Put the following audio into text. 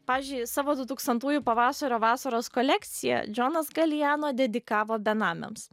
pažiui savo dutūkstantųjų pavasario vasaros kolekciją džonas galijano dedikavo benamiams